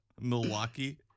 milwaukee